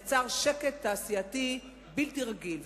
יצר שקט תעשייתי בלתי רגיל.